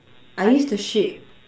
I used to